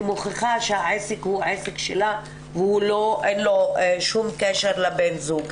מוכיחה שהעסק הוא עסק שלה ואין לו שום קשר לבן הזוג.